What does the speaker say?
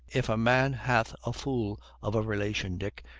if a man hath a fool of a relation, dick,